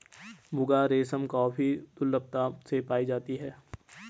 मुगा रेशम काफी दुर्लभता से पाई जाती है